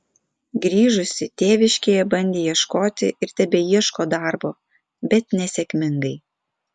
grįžusi tėviškėje bandė ieškoti ir tebeieško darbo bet nesėkmingai